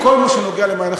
אתה יכול להגן עלי?